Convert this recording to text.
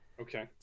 okay